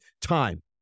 time